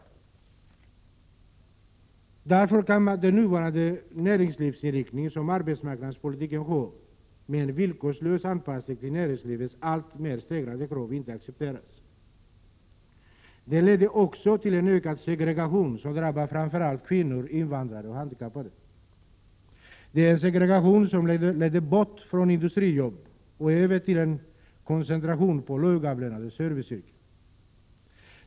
Därför kan den näringslivsinriktning som arbetsmarknadspolitiken nu får, med en villkorslös anpassning till näringslivets allt mer stegrade krav, inte accepteras. Den leder också till en ökad segregation, som drabbar framför allt kvinnor, invandrare och handikappade. Det är en segregation som leder bort från industrijobb och över till en koncentration på lågavlönade serviceyrken.